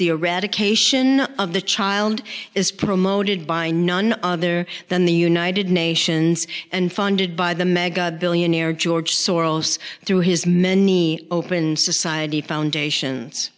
the eradication of the child is promoted by none other than the united nations and funded by the mega billionaire george soros through his many open society foundations